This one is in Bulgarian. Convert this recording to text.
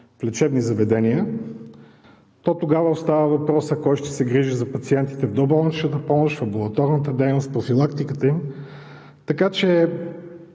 в лечебни заведения, то тогава остава въпросът: кой ще се грижи за пациентите в доболничната помощ, в амбулаторната дейност, профилактиката им, така че